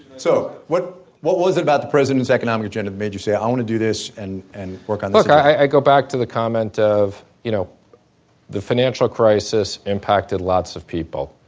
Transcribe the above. so what what was it about the president's economic agenda made you say, i want to do this and and work on this? like i go back to the comment of you know the financial crisis impacted lots of people.